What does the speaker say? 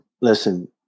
listen